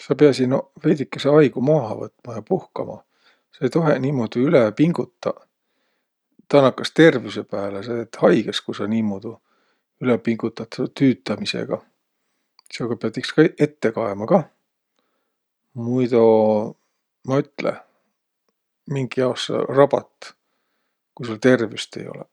Sa piäsiq noq veidükese aigo maaha võtma ja puhkama. Sa ei toheq niimuudu üle pingutaq. Taa nakkas tervüse pääle. Sa jäät haigõs, ku sa niimuudu üle pingutat seo tüütämisegaq. Seoga piät iks ka- ette kaema kah, muido, ma ütle: mink jaos sa rabat, ku sul tervüst ei olõq.